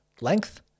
length